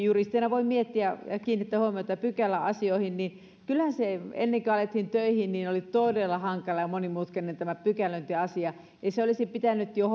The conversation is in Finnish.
juristina voi kiinnittää huomiota pykäläasioihin kyllähän ennen kuin alettiin töihin oli todella hankala ja monimutkainen tämä pykälöintiasia ja se olisi pitänyt jo